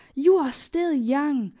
you are still young,